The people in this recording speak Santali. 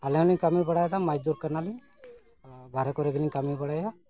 ᱟᱞᱮ ᱦᱚᱸᱞᱤᱧ ᱠᱟᱹᱢᱤ ᱵᱟᱲᱟᱭᱮᱫᱟ ᱢᱚᱡᱽ ᱫᱩᱨ ᱠᱟᱱᱟᱞᱤᱧ ᱵᱟᱨᱦᱮ ᱠᱚᱨᱮ ᱜᱮᱞᱤᱧ ᱠᱟᱹᱢᱤ ᱵᱟᱲᱟᱭᱟ